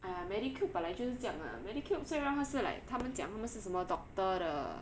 !aiya! Medicube 本来就是这样 lah Medicube 虽然他是 like 他们讲他们是什么 doctor 的